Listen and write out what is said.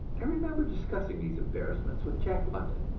i remember discussing these embarrassments with jack london,